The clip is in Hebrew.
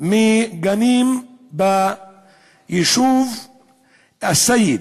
מגנים ביישוב א-סייד,